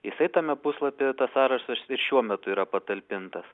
jisai tame puslapyje tas sąrašas ir šiuo metu yra patalpintas